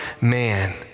Man